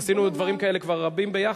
עשינו כבר דברים רבים כאלה יחד,